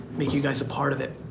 make you guys a part of it.